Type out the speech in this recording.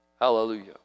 Hallelujah